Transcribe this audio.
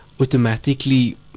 automatically